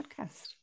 podcast